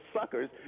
suckers